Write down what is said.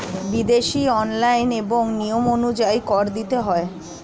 বিদেশী আইন এবং নিয়ম অনুযায়ী কর দিতে হয়